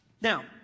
Now